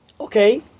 Okay